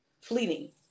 fleeting